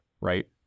right